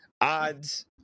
odds